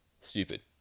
Stupid